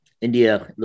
India